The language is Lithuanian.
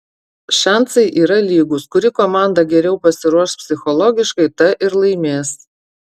šansai yra lygūs kuri komanda geriau pasiruoš psichologiškai ta ir laimės